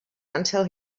until